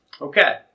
Okay